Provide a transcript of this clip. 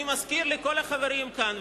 אני מזכיר לכל החברים כאן,